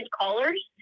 callers